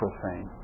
profane